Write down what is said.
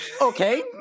Okay